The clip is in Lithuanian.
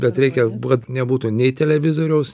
bet reikia kad nebūtų nei televizoriaus